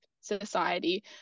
society